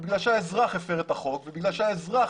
בגלל שהאזרח הפר את החוק ובגלל שהאזרח